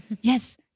yes